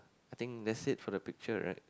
I think that's it for the picture right